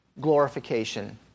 glorification